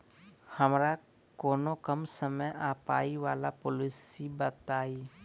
हमरा कोनो कम समय आ पाई वला पोलिसी बताई?